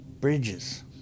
bridges